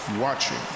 watching